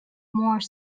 more